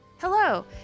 Hello